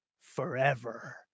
forever